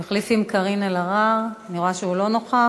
הוא החליף עם קארין אלהרר, אני רואה שהוא לא נוכח.